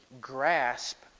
grasp